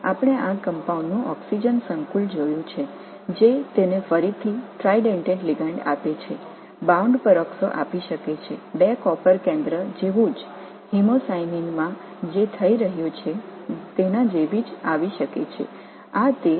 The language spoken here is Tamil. ஆமாம் இந்த கலவையின் ஆக்ஸிஜன் காம்ப்ளெக்சய் நாங்கள் கண்டிருக்கிறோம் இது மீண்டும் ஒரு டிரைடென்டேட் லிகாண்ட் ஆகும் இது பெராக்ஸோவில் உங்களுக்கு பக்கவாட்டாக கொடுக்க முடியும் ஹீமோசயினினில் என்ன நடக்கிறது என்பதைப் போலவே இரண்டு காப்பர் மையமும் வரலாம்